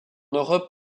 europe